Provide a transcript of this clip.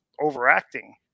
overacting